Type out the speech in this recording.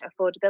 affordability